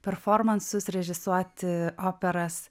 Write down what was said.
performansus režisuoti operas